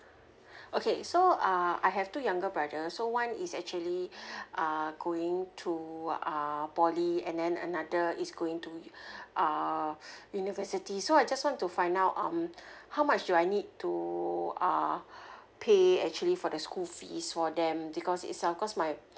okay so uh I have two younger brother so one is actually uh going to uh poly and then another is going to uh university so I just want to find out um how much do I need to uh pay actually for the school fees for them because itself cause my